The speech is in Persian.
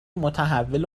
متحول